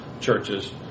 churches